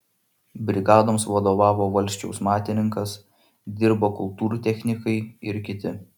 brigadoms vadovavo valsčiaus matininkas dirbo kultūrtechnikai ir kiti